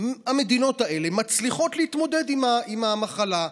המדינות האלה מצליחות להתמודד עם המחלה.